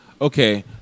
okay